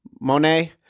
Monet